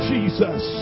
Jesus